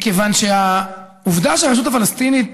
מכיוון שהעובדה שהרשות הפלסטינית